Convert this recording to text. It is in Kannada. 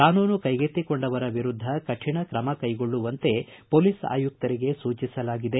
ಕಾನೂನು ಕ್ಕೆಗೆತ್ತಿಕೊಂಡವರ ವಿರುದ್ಧ ಕಾಣ ಕ್ರಮ ಕೈಗೊಳ್ಳುವಂತೆ ಮೊಲೀಸ್ ಆಯುಕ್ತರಿಗೆ ಸೂಚಿಸಲಾಗಿದೆ